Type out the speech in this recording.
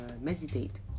meditate